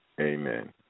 amen